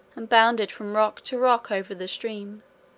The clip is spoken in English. and bounded from rock to rock over the stream,